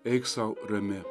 eik sau rami